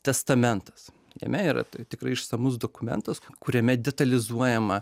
testamentas jame yra tikrai išsamus dokumentas kuriame detalizuojama